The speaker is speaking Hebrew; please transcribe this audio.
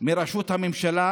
מראשות הממשלה,